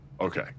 Okay